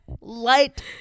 light